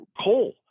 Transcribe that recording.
coal